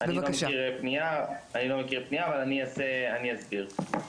אני לא מכיר פניה אבל אני אעשה, אני אסביר.